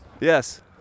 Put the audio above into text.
Yes